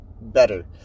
better